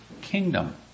kingdom